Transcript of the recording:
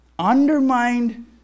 undermined